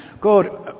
God